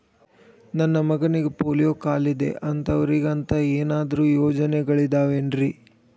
ನನ್ನ ಮಗನಿಗ ಪೋಲಿಯೋ ಕಾಲಿದೆ ಅಂತವರಿಗ ಅಂತ ಏನಾದರೂ ಯೋಜನೆಗಳಿದಾವೇನ್ರಿ?